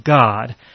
God